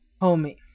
Homie